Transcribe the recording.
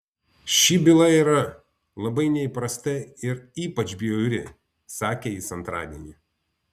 ši byla yra labai neįprasta ir ypač bjauri sakė jis antradienį